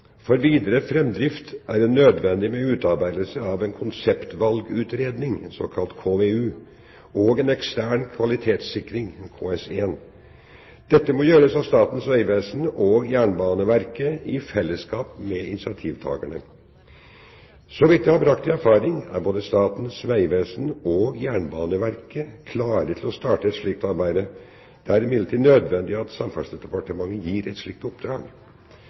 For videre fremdrift er det nødvendig med utarbeidelse av en konseptvalgutredning og en ekstern kvalitetssikring. Dette må gjøres av Statens vegvesen og Jernbaneverket i fellesskap med initiativtakerne. Så vidt jeg har brakt i erfaring, er både Statens vegvesen og Jernbaneverket klare til å starte et slikt arbeid. Det er imidlertid nødvendig at Samferdselsdepartementet gir et slikt oppdrag.